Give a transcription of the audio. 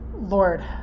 Lord